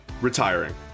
retiring